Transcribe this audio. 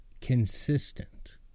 consistent